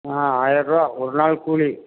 ஆ ஆயிரம் ருபா ஒரு நாள் கூலி